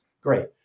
Great